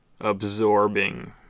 Absorbing